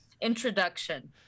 Introduction